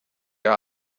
der